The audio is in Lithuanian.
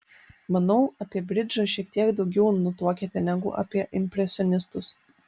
manau apie bridžą šiek tiek daugiau nutuokiate negu apie impresionistus